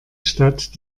stadt